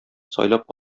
сайлап